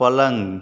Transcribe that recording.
પલંગ